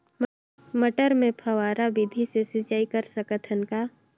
मटर मे फव्वारा विधि ले सिंचाई कर सकत हन का?